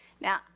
now